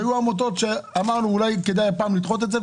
והיו עמותות שאמרנו: אולי כדאי הפעם לדחות את זה,